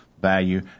value